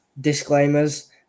disclaimers